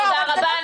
תודה רבה.